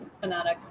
fanatic